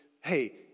hey